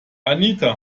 anita